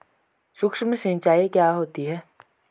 सुक्ष्म सिंचाई क्या होती है?